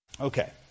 okay